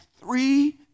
three